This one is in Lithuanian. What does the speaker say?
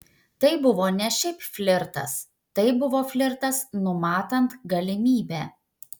tai buvo ne šiaip flirtas tai buvo flirtas numatant galimybę